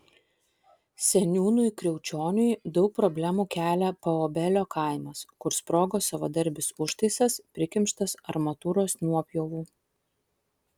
seniūnui kriaučioniui daug problemų kelia paobelio kaimas kur sprogo savadarbis užtaisas prikimštas armatūros nuopjovų